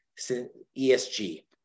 ESG